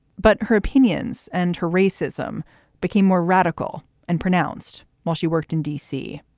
but her opinions and her racism became more radical and pronounced while she worked in d c.